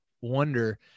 wonder